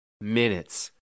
minutes